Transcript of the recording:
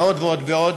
ועוד ועוד ועוד,